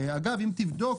אגב אם תבדוק,